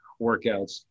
workouts